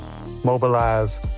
mobilize